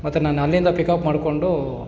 ಮತ್ತು ನನ್ನ ಅಲ್ಲಿಂದ ಪಿಕಪ್ ಮಾಡಿಕೊಂಡು